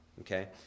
okay